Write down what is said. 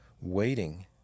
waiting